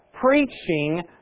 preaching